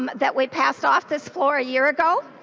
um that we passed off this floor a year ago.